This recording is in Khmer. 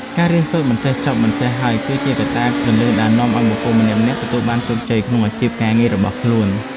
ការរៀនសូត្រមិនចេះចប់មិនចេះហើយ គឺជាកត្តាគន្លឹះដែលនាំឱ្យបុគ្គលម្នាក់ៗទទួលបានជោគជ័យក្នុងអាជីពការងាររបស់ខ្លួន។